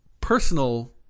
personal